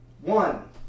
one